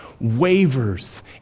wavers